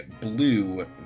blue